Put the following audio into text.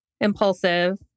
impulsive